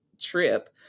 trip